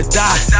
die